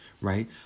right